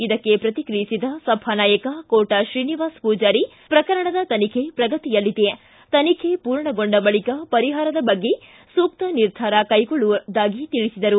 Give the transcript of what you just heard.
ಇದಕ್ಕೆ ಪ್ರತಿಕ್ರಿಯಿಸಿದ ಸಭಾನಾಯಕ ಕೋಟಾ ಶ್ರೀನಿವಾಸ ಪೂಜಾರಿ ಪ್ರಕರಣದ ತನಿಖೆ ಪ್ರಗತಿಯಲ್ಲಿದೆ ತನಿಖೆ ಪೂರ್ಣಗೊಂಡ ಬಳಿಕ ಪರಿಹಾರದ ಬಗ್ಗೆ ಸೂಕ್ತ ನಿರ್ಧಾರ ಕೈಗೊಳ್ಳಲಾಗುವುದು ಎಂದು ತಿಳಿಸಿದರು